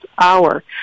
hour